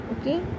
okay